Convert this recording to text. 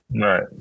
Right